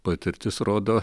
patirtis rodo